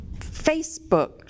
Facebook